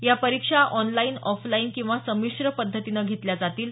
या परीक्षा online offline किंवा संमिश्र पद्धतीनं घेतल्या जातील